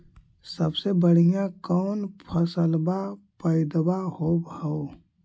सबसे बढ़िया कौन फसलबा पइदबा होब हो?